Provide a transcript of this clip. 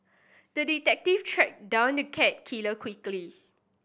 the detective tracked down the cat killer quickly